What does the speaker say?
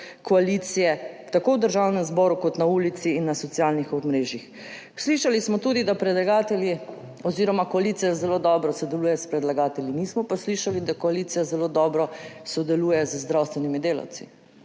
koalicije, tako v Državnem zboru kot na ulici in na socialnih omrežjih. Slišali smo tudi, da koalicija zelo dobro sodeluje s predlagatelji. Nismo pa slišali, da koalicija zelo dobro sodeluje z zdravstvenimi delavci.